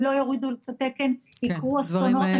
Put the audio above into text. אם לא יורידו את התקן יקרו אסונות,